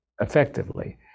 effectively